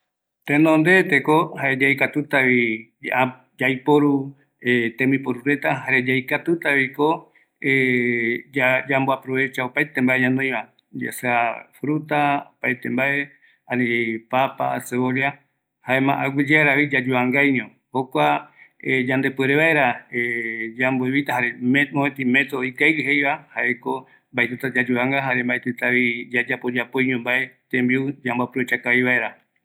﻿Tenondeko jae yaikatutavi äpo yaiporu tembiureta, jare yaikatutaviko ya yambo aprovecha opaete mbae ñanoiva ya sea fruta jarevi papa, cebolla jaema aguiyearavi yayuvangaiño, jokua yande puere vaera yambo evita jare me mopeti metodo ikavigueva jaeko mbaetita yayuvanga jare mbaetitavi yayapoyapo yapoiño mbae tembiu yamboaprovecha kavi vaera